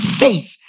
faith